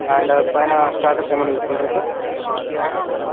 and పైన starters ఏమన్నా తీసుకుంటారా సార్